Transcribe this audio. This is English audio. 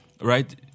right